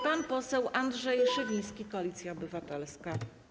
Pan poseł Andrzej Szewiński, Koalicja Obywatelska.